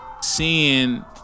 seeing